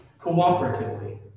cooperatively